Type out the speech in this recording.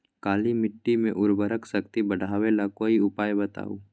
काली मिट्टी में उर्वरक शक्ति बढ़ावे ला कोई उपाय बताउ?